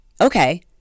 Okay